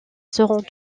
seront